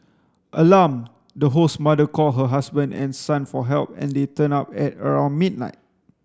alarmed the host's mother called her husband and son for help and they turned up at around midnight